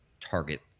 target